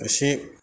एसे